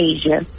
Asia